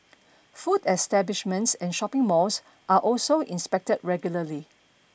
food establishments and shopping malls are also inspected regularly